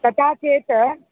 तथा चेत्